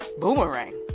Boomerang